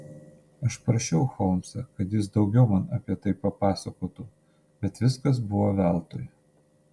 aš prašiau holmsą kad jis daugiau man apie tai papasakotų bet viskas buvo veltui